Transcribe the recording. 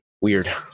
Weird